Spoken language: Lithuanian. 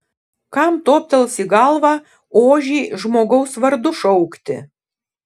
kam toptels į galvą ožį žmogaus vardu šaukti